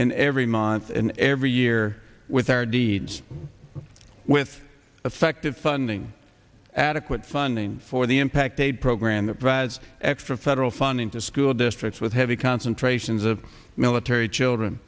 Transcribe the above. and every month and every year with our deeds with effective funding adequate funding for the impact a program that provides extra federal funding to school districts with heavy concentrations of military children